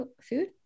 food